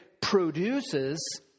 produces